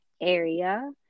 area